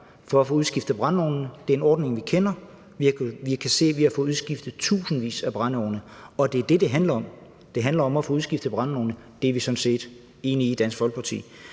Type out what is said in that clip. til at få udskiftet brændeovne. Det er en ordning, vi kender, og vi kan se, at vi har fået udskiftet tusindvis af brændeovne, og det er det, det handler om. Det handler om at få udskiftet brændeovnene – det er vi sådan set enige i i Dansk Folkeparti.